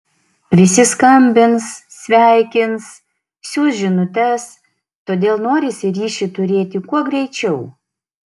visi skambins sveikins siųs žinutes todėl norisi ryšį turėti kuo greičiau